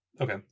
Okay